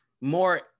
more